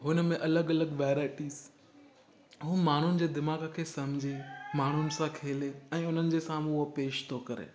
हुन में अलॻि अलॻि वैराएटीस ऐं माण्हुनि जे दिमाग़ खे सम्झी माण्हुनि सां खेले ऐं उन्हनि जे साम्हूं उहो पेशि थो करे